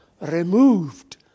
removed